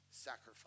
sacrifice